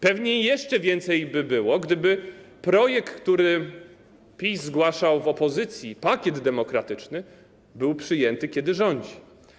Pewnie jeszcze więcej by jej było, gdyby projekt, który PiS zgłaszał, będąc w opozycji, pakiet demokratyczny, był przyjęty, kiedy rządzi.